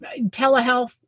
telehealth